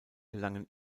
gelangen